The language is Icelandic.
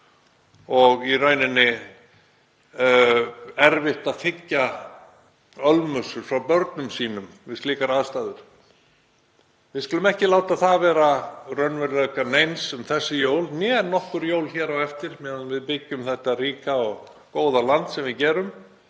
og erfitt að þiggja ölmusu frá börnum sínum við slíkar aðstæður. Við skulum ekki láta það vera raunveruleika um þessi jól né nokkur jól hér á eftir meðan við byggjum þetta ríka og góða land sem við gerum.